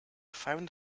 found